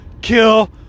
kill